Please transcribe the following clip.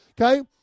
okay